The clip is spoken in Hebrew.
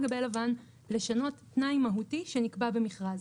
גבי לבן לשנות תנאי מהותי שנקבע במכרז.